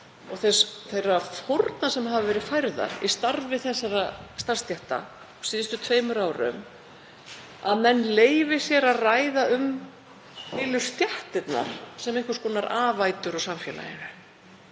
og þeirra fórna sem færðar hafa verið í starfi þessara starfsstétta á síðustu tveimur árum, að menn leyfi sér að ræða um heilu stéttirnar sem einhvers konar afætur á samfélaginu.